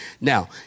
Now